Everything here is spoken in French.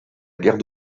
guerre